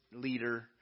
leader